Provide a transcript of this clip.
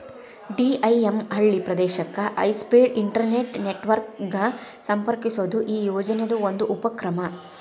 DIM ಹಳ್ಳಿ ಪ್ರದೇಶಕ್ಕೆ high speed internet network ಗ ಸಂಪರ್ಕಿಸೋದು ಈ ಯೋಜನಿದ್ ಒಂದು ಉಪಕ್ರಮ